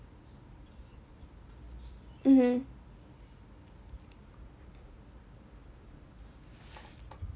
mmhmm